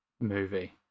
movie